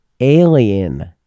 Alien